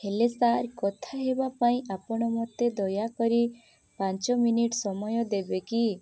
hello sir କଥା ହେବା ପାଇଁ ଆପଣ ମୋତେ ଦୟାକରି ପାଞ୍ଚ ମିନିଟ ସମୟ ଦେବେ କି